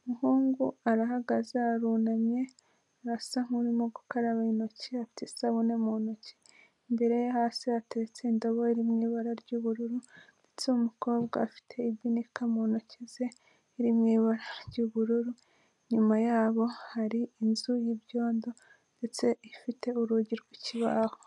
umuhungu arahagaze, arunamye, arasa nk'urimo gukaraba intoki, afite isabune mu ntoki, imbere ye hasi hatetse indobo ifite ibara ry'ubururu, ndetse umukobwa afite ibinika mu ntoki ze iri mu ibara ry'ubururu, inyuma yabo hari inzu y'ibyondo, ndetse ifite urugi rw'ikibaho.